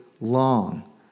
long